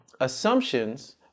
assumptions